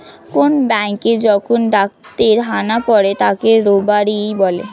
কোন ব্যাঙ্কে যখন ডাকাতের হানা পড়ে তাকে রবারি বলে